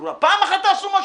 וזה לא זה היה אמתי.